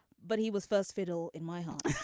but he was first fiddle in my heart